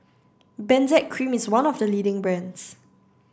Benzac cream is one of the leading brands